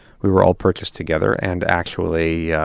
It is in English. we were all purchased together, and actually, yeah